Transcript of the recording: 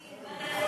הבה נברך אותם).